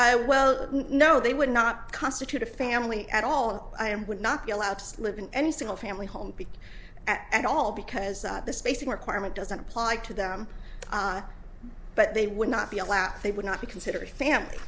i well know they would not constitute a family at all i am would not be allowed to live in any single family home because at all because the spacing requirement doesn't apply to them but they would not be allowed they would not be considered family